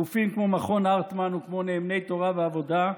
גופים כמו מכון הרטמן וכמו נאמני תורה ועבודה,